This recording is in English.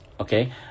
okay